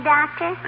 Doctor